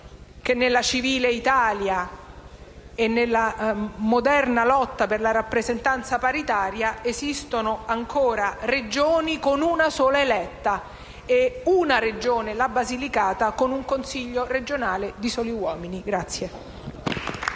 che, nella civile Italia e nella moderna lotta per la rappresentanza paritaria, esistono ancora Regioni con una sola eletta e una Regione, la Basilicata, con un Consiglio regionale di soli uomini.